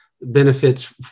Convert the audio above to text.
benefits